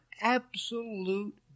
absolute